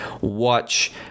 watch